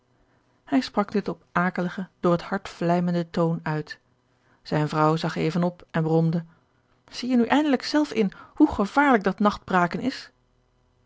hij sprak dit op akeligen door het hart vlijmenden toon uit zijne vrouw zag even op en bromde zie je nu eindelijk zelf in hoe gevaarlijk dat nachtbraken is